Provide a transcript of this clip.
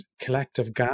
collective